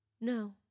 No